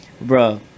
Bro